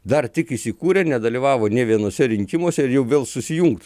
dar tik įsikūrę nedalyvavo nė vienuose rinkimuose ir jau vėl susijungt